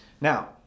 Now